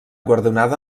guardonada